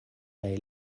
kaj